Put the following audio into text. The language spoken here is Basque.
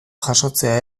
jasotzea